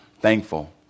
thankful